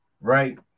right